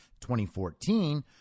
2014